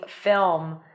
film